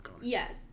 yes